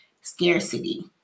scarcity